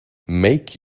make